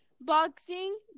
boxing